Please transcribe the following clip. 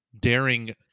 daring